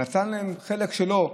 נתן להם את החלק שלו,